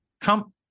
Trump